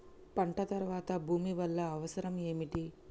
పంట తర్వాత భూమి వల్ల అవసరం ఏమిటి?